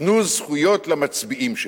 תנו זכויות למצביעים שלי.